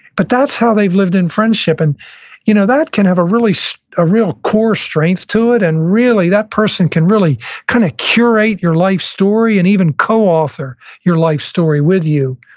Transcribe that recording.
but that's how they've lived in friendship. and you know that can have a so ah real core strength to it and really that person can really kind of curate your life story and even co-author your life story with you.